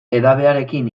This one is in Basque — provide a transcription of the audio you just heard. edabearekin